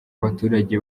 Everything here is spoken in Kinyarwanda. abaturage